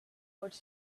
which